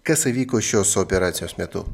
kas įvyko šios operacijos metu